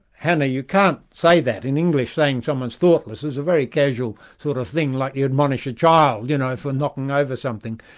hannah, you can't say that. in english, saying someone's thoughtless is a very casual sort of thing like you'd admonish a child you know for knocking over something.